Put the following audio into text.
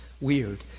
weird